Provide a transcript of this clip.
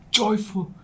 joyful